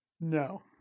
No